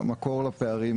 כן, אז המקור לפערים